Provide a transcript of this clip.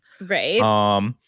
Right